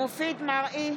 מופיד מרעי,